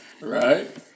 Right